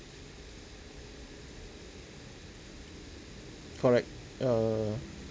correct err